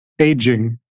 aging